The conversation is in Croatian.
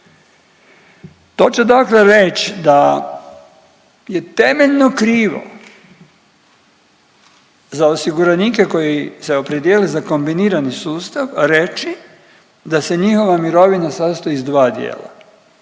To će dakle reć da je temeljno krivo za osiguranike koji su se opredijelili za kombinirani sustav reći da se njihova mirovina sastoji iz dva dijela,